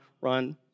run